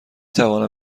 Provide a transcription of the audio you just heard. توانم